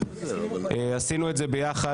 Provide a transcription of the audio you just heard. עשינו את זה ביחד,